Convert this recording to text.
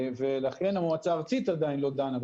ולכן המועצה הארצית עדיין לא דנה בכך.